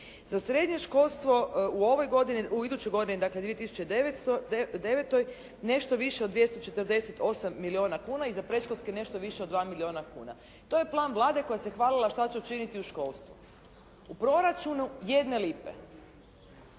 Za srednje školstvo u ovoj godini, u idućoj godini 2009. nešto više od 248 milijuna kuna i za predškolski nešto više od 2 milijuna kuna. To je plan Vlade koja se hvalila šta će učiniti u školstvu. U proračunu jedne lipe.